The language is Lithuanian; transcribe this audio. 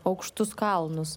aukštus kalnus